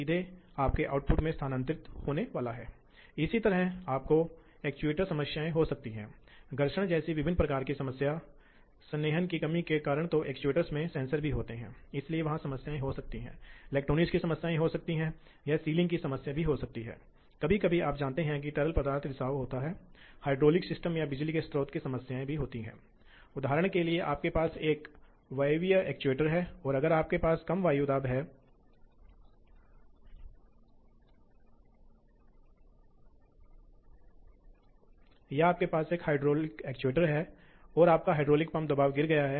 तैयारी के चरण के दौरान और वहाँ थे विभिन्न अन्य विविध कार्य हो सकते हैं अन्य विभिन्न प्रकार के सहायक कार्य भी हो सकते हैं जैसे कि शीतलक बंद करना शीतलक पर स्विच करना और इस तरह की चीजें और अंत में इसे ब्लॉक सिग्नल का अंत होना चाहिए